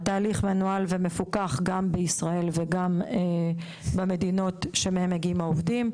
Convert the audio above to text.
התהליך מנוהל ומפוקח גם בישראל וגם במדינות שמהן מגיעים העובדים.